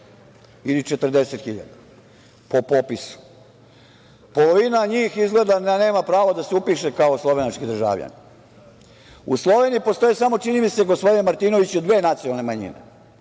ili 40 hiljada po popisu. Polovina njih izgleda da nema pravo da se upiše kao slovenački državljanin. U Sloveniji postoje samo, čini mi se, gospodine Martinoviću dve nacionalne manjine,